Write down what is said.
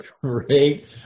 great